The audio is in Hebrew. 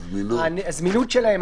הזמינות שלהן,